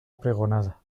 pregonada